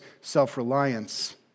self-reliance